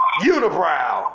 Unibrow